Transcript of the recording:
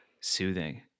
soothing